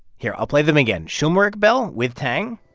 here, i'll play them again. schulmerich bell with tang